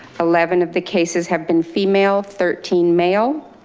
eleventh the cases have been female thirteen male.